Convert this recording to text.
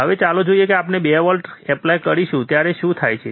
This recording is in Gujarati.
હવે ચાલો જોઈએ કે જ્યારે આપણે 2 વોલ્ટ એપ્લાય કરીશું ત્યારે શું થાય છે